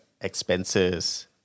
expenses